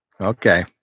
Okay